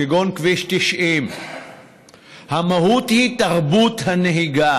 כגון כביש 90. המהות היא תרבות הנהיגה.